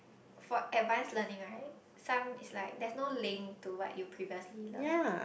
for advanced learning right some is like there is no link to what you previously learnt